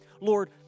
Lord